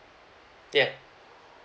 yeuh